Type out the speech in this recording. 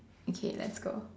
okay let's go